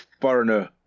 foreigner